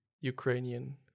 Ukrainian